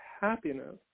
happiness